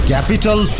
Capital